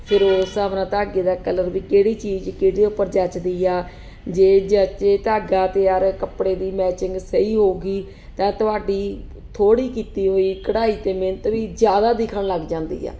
ਫਿਰ ਉਸ ਹਿਸਾਬ ਨਾਲ ਧਾਗੇ ਦਾ ਕਲਰ ਵੀ ਕਿਹੜੀ ਚੀਜ਼ ਕਿਹਦੇ ਉੱਪਰ ਜਚਦੀ ਆ ਜੇ ਜਚੇ ਧਾਗਾ 'ਤੇ ਹਰ ਕੱਪੜੇ ਦੀ ਮੈਚਿੰਗ ਸਹੀ ਹੋਵੇਗੀ ਤਾਂ ਤੁਹਾਡੀ ਥੋੜ੍ਹੀ ਕੀਤੀ ਹੋਈ ਕਢਾਈ 'ਤੇ ਮਿਹਨਤ ਵੀ ਜ਼ਿਆਦਾ ਦਿਖਣ ਲੱਗ ਜਾਂਦੀ ਆ